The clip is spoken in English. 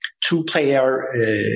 two-player